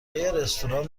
رستوران